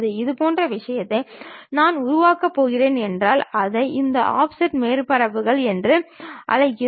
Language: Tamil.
இதுபோன்ற ஒரு விஷயத்தை நான் உருவாக்கப் போகிறேன் என்றால் அதை இந்த ஆஃப்செட் மேற்பரப்புகள் என்று அழைக்கிறோம்